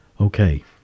Okay